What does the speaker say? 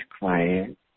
quiet